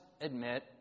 admit